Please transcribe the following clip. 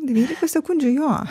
dvylika sekundžių jo